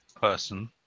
person